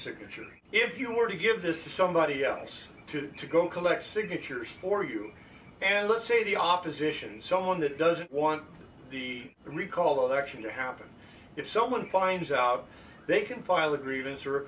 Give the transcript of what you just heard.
signatures if you were to give this to somebody else to to go collect signatures for you and let's say the opposition someone that doesn't want the recall election to happen if someone finds out they can file a grievance or a